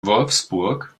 wolfsburg